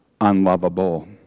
unlovable